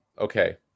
Okay